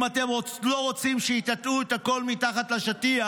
אם אתם לא רוצים שיטאטאו את הכול מתחת לשטיח,